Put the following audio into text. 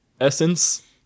essence